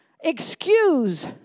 Excuse